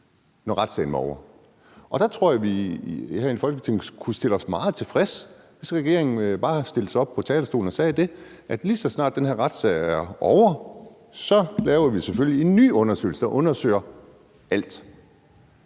når retssagen var ovre. Der tror jeg, at vi herinde i Folketinget kunne stille os meget tilfredse, hvis regeringen bare stillede sig op på talerstolen og sagde det – at lige så snart den her retssag er ovre, laver vi selvfølgelig en ny undersøgelse, der undersøger alt.